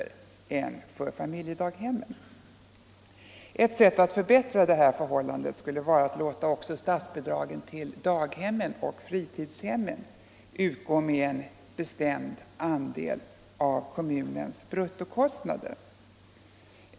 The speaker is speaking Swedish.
Ett sätt att förbättra förhållandena skulle vara att låta också statsbidragen till daghemmen och fritidshemmen utgå med en bestämd andel av kommunens bruttokostnader.